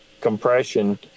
compression